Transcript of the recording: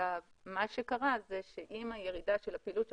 מה שקרה זה שעם הירידה של הפעילות של